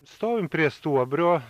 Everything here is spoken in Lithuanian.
stovim prie stuobrio